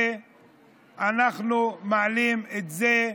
ואנחנו מעלים את זה,